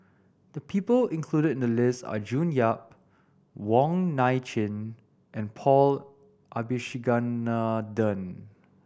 the people included in the list are June Yap Wong Nai Chin and Paul Abisheganaden